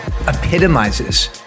epitomizes